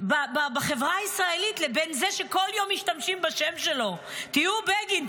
בחברה הישראלית לבין זה שכל יום משתמשים בשם שלו: תהיו בגין,